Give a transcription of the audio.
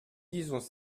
disons